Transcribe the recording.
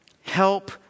Help